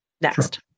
next